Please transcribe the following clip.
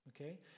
okay